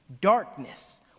darkness